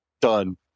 Done